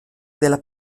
della